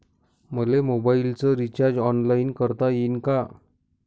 मले मोबाईलच recharge online करता येईन का?